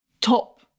top